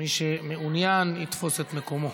מי שמעוניין, יתפוס את מקומו.